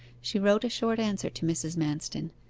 she wrote a short answer to mrs. manston,